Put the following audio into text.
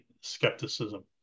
skepticism